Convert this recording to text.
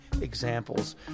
examples